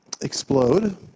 explode